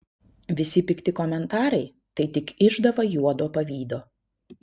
visi pikti komentarai tai tik išdava juodo pavydo